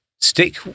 stick